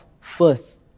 first